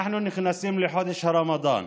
אנחנו נכנסים לחודש הרמדאן.